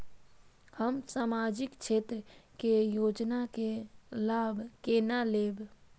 हम सामाजिक क्षेत्र के योजना के लाभ केना लेब?